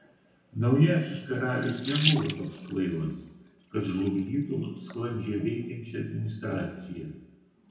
naujasis karalius nebuvo toks kvailas kad žlugdytų sklandžiai veikiančią administraciją